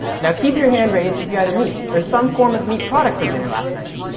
now keep your hands raised if you had meat or some form of meat product for dinner last night.